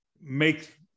make